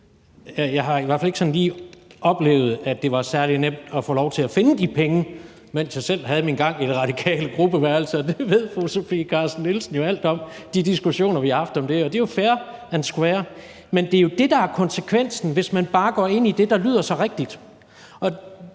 jeg har i hvert fald ikke sådan lige oplevet, at det var særlig nemt at få lov til at finde de penge, mens jeg selv havde min gang i det radikale gruppeværelse, og det ved fru Sofie Carsten Nielsen jo alt om ud fra de diskussioner, vi har haft om det, og det er jo fair and square. Men det er jo det, der er konsekvensen, hvis man bare går ind i det, der lyder så rigtigt,